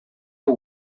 hau